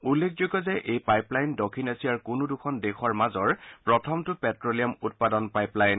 উল্লেখযোগ্য যে এই পাইপলাইন দক্ষিণ এছিয়াৰ কোনো দুখন দেশৰ মাজৰ প্ৰথমটো প্টে'লিয়াম উৎপাদ পাইপলাইন